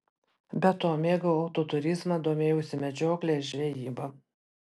be to mėgau autoturizmą domėjausi medžiokle ir žvejyba